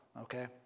okay